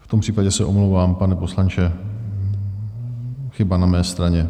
V tom případě se omlouvám, pane poslanče, chyba na mé straně.